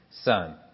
Son